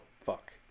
fuck